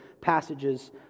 passages